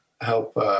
help